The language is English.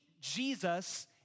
Jesus